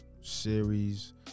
series